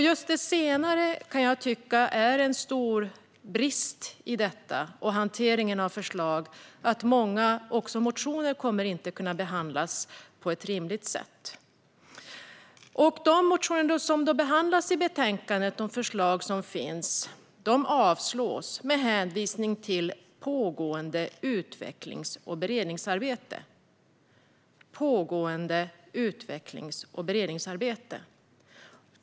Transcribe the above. Just det senare kan jag tycka är en stor brist i hanteringen av detta förslag; många motioner kommer inte att kunna behandlas på ett rimligt sätt. De motioner som behandlas i betänkandet - de förslag som finns - avslås med hänvisning till pågående utvecklings och beredningsarbete.